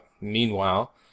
Meanwhile